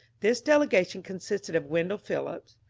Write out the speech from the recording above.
this delegation consisted of wendell phillips,